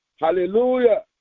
Hallelujah